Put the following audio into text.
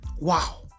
Wow